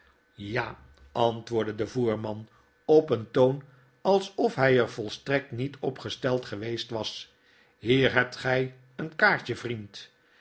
ja antwoordde de voerman op een toon alsof hy er volstrekt niet op gesteld geweest was hier hebt gy een kaartje vriend